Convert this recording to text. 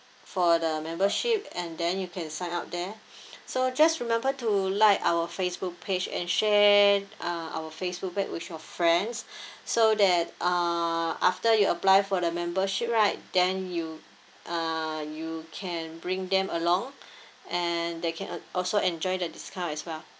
for the membership and then you can sign up there so just remember to like our Facebook page and share uh our Facebook back with your friends so that uh after you apply for the membership right then you uh you can bring them along and they can al~ also enjoy the discount as well